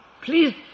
Please